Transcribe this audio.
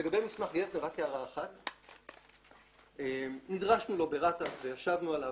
לגבי מסמך גרטנר, נדרשנו לו ברת"א וישבנו עליו.